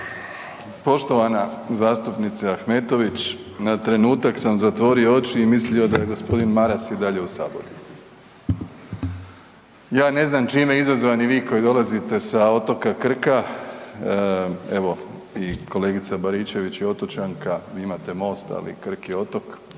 Poštovana zastupnice Ahmetović na trenutak sam zatvorio oči i mislio da je gospodin Maras i dalje u saboru. Ja ne znam čime izazvani vi koji dolazite sa otoka Krka evo i kolegica Baričević je otočanka, vi imate most, ali Krk je otok,